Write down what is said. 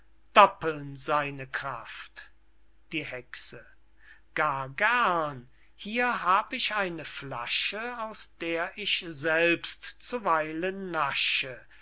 doppeln seine kraft die hexe gar gern hier hab ich eine flasche aus der ich selbst zuweilen nasche